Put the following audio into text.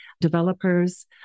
developers